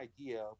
idea